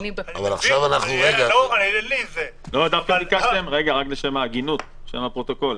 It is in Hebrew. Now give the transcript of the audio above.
רגע, רק לשם ההגינות, לשם הפרוטוקול,